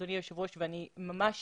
אדוני היושב ראש, ואני ממש